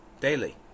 daily